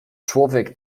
człowiek